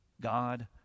God